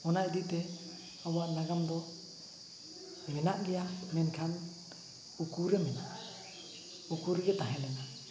ᱚᱱᱟ ᱤᱫᱤᱛᱮ ᱟᱵᱚᱣᱟᱜ ᱱᱟᱜᱟᱢᱫᱚ ᱢᱮᱱᱟᱜ ᱜᱮᱭᱟ ᱢᱮᱱᱠᱷᱟᱱ ᱩᱠᱩᱨᱮ ᱢᱮᱱᱟᱜᱼᱟ ᱩᱠᱩᱨᱮᱜᱮ ᱛᱟᱦᱮᱸᱞᱮᱱᱟ